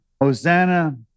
Hosanna